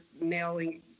mailing